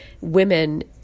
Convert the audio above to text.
women